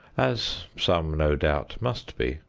as some no doubt must be,